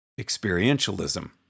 Experientialism